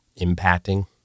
impacting